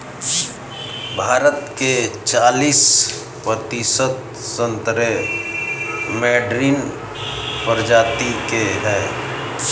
भारत के चालिस प्रतिशत संतरे मैडरीन प्रजाति के हैं